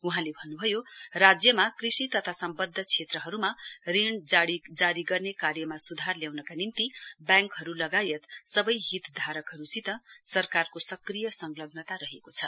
वहाँले भन्न्भयो राज्यमा कृषि तथा सम्बद्ध क्षेत्रहरूमा ऋण जारी गर्ने कार्यमा स्धार ल्याउनका निम्ति ब्याङ्कहरू लगायत सबै हितधारकहरूसित सरकारको सक्रिय संलग्नता रहेको छ